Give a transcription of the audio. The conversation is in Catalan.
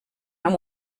amb